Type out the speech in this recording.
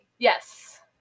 Yes